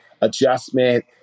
adjustment